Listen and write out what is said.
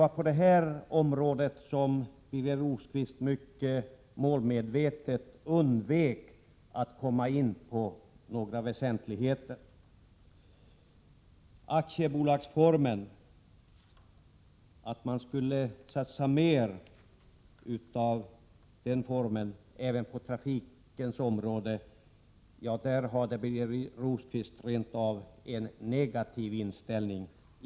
Här undvek Birger Rosqvist mycket målmedvetet att komma in på några väsentligheter. När det gällde att satsa mer på aktiebolagsformen även på trafikens område hade Birger Rosqvist rent av en negativ inställning.